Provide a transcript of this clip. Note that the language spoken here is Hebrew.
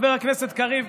חבר הכנסת קריב?